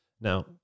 Now